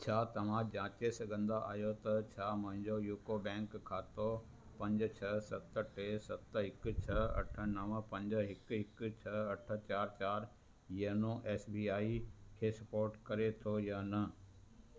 छा तव्हां जाचे सघंदा आहियो त छा मुंहिंजो यूको बैंक खातो पंज छह सत टे सत हिकु छह अठ नव पंज हिकु हिकु छह अठ चारि चारि योनो एस बी आई खे सपोर्ट करे थो या न